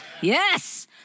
Yes